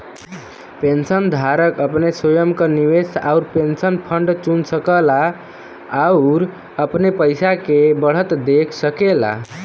पेंशनधारक अपने स्वयं क निवेश आउर पेंशन फंड चुन सकला आउर अपने पइसा के बढ़त देख सकेला